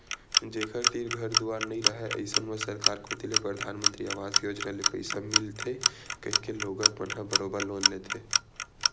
जेखर तीर घर दुवार नइ राहय अइसन म सरकार कोती ले परधानमंतरी अवास योजना ले पइसा मिलथे कहिके लोगन मन ह बरोबर लोन लेथे